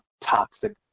toxic